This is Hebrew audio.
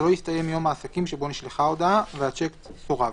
נשלחה ההודעה, והשיק סורב"."